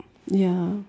ya